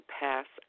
pass